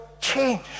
change